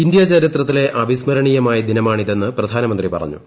ഇന്ത്യാചരിത്രത്തിലെ അവിസ്മരിണീയമായ ദിനമാണിതെന്ന് പ്രധാനമന്ത്രി പറഞ്ഞു